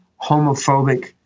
homophobic